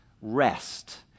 rest